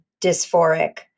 dysphoric